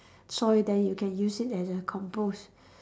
soil then you can use it as a compost